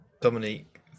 Dominique